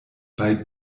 bei